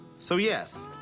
so, yes,